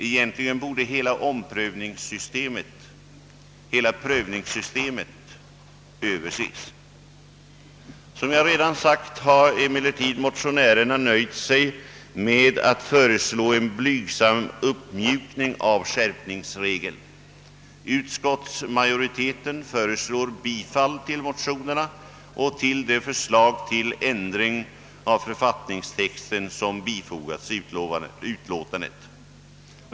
Egentligen borde hela prövningssystemet överses. Som jag redan sagt har motionärerna emellertid nöjt sig med att föreslå en blygsam uppmjukning av skärpningsregeln. Utskottsmajoriteten tillstyrker bifall till motionerna och det förslag till ändring av författningstexten som framgår av utskottsutlåtandet.